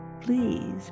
please